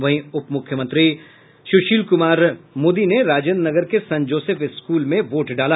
वहीं उप मुख्यमंत्री सुशील मोदी ने राजेंद्रनगर के संत जोसेफ स्कूल में वोट डाला